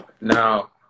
Now